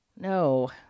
no